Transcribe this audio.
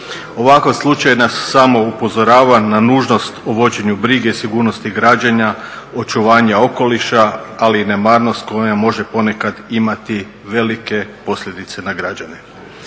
Ovakav slučaj nas samo upozorava na nužnost u vođenju brige, sigurnosti građana, očuvanja okoliša, ali i nemarnost koja može ponekad imati velike posljedice na građane.